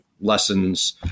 lessons